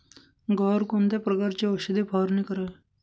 गव्हावर कोणत्या प्रकारची औषध फवारणी करावी?